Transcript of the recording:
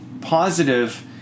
positive